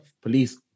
police